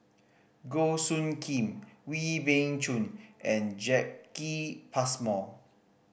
Goh Soo Khim Wee Beng Chong and Jacki Passmore